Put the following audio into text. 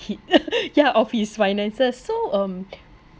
he ya of his finances so um